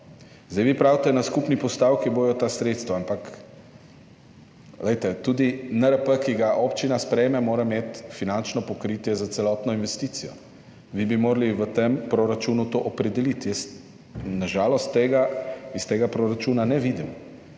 Vi pravite, na skupni postavki bodo ta sredstva, ampak glejte, tudi NRP, ki ga občina sprejme, mora imeti finančno pokritje za celotno investicijo. Vi bi morali v tem proračunu to opredeliti. Na žalost tega iz tega proračuna ne vidim.